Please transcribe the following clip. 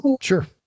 Sure